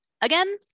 Again